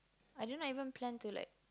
I do not even plan to like